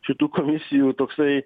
šitų komisijų toksai